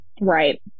right